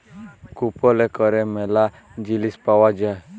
কুপলে ক্যরে ম্যালা জিলিস পাউয়া যায়